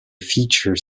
feature